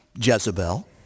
Jezebel